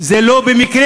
זה לא במקרה.